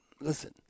Listen